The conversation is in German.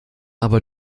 aber